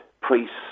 priests